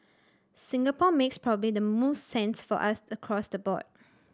Singapore makes probably the most sense for us across the board